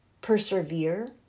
persevere